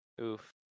oof